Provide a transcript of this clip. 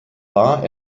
war